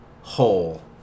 whole